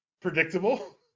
predictable